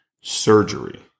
surgery